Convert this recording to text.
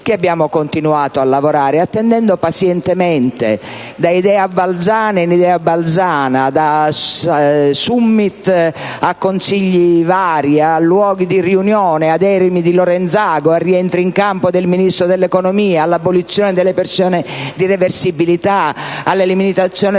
che abbiamo continuato a lavorare attendendo pazientemente, da idea balzana a idee balzane, da *summit* a consigli vari, a luoghi di riunione, ad eremi di Lorenzago, a rientri in campo del Ministro dell'economia, dall'abolizione delle pensioni di reversibilità alle limitazioni del